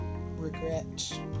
regret